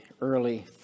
early